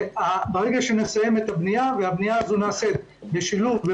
ברגע שנסיים את הבנייה שנעשית בשילוב עם